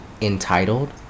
entitled